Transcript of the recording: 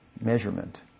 measurement